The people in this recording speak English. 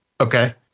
Okay